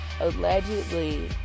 allegedly